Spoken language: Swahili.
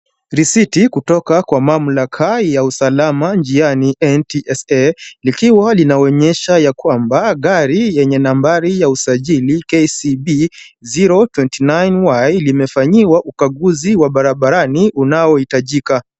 Risiti kutoka kwa mamlaka ya usalama njiani NTSA likiwa linaonyesha ya kwamba gari yenye nambari ya usajili KCB 029Y limefanyiwa ukaguzi wa barabarani unaohitajika.